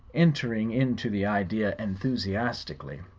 entering into the idea enthusiastically.